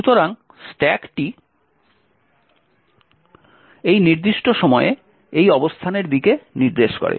সুতরাং স্ট্যাকটি এই নির্দিষ্ট সময়ে এই অবস্থানের দিকে নির্দেশ করে